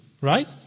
right